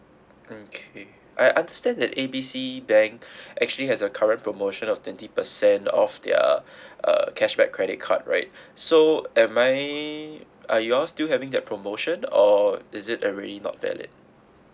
okay I understand that A B C bank actually has a current promotion of twenty percent of their uh cashback credit card right so am I are you're still having that promotion or is it uh really not valid